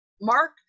Mark